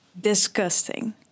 disgusting